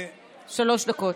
שלוש דקות.